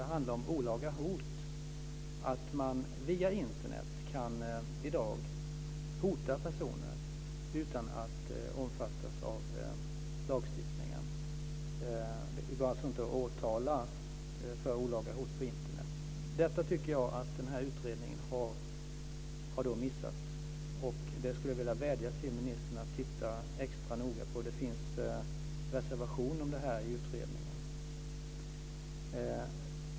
Det handlar om olaga hot. Via Internet kan man nämligen i dag hota personer utan att omfattas av lagstiftningen. Det går alltså inte att åtala för olaga hot på Internet. Det tycker jag att utredningen har missat. Jag skulle vilja vädja till ministern att titta extra noga på det här. Det finns en reservation om det i utredningen.